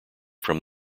from